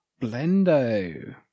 blendo